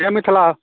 Jai Mithila